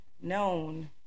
known